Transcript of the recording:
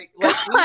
god